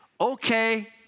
Okay